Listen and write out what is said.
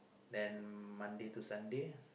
then Monday to Sunday